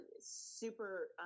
super